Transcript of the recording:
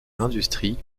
l’industrie